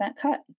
cut